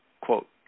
quote